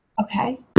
okay